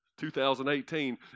2018